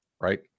right